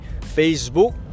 Facebook